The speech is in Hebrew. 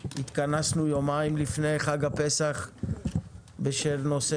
התכנסנו יומיים לפני חג הפסח בשל נושא